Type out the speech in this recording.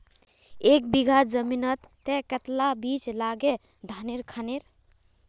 एक बीघा जमीन तय कतला ला बीज लागे धानेर खानेर?